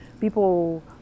people